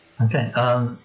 Okay